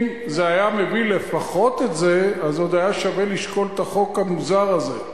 אם זה היה מביא לפחות את זה עוד היה שווה לשקול את החוק המוזר הזה,